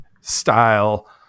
style